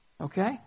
Okay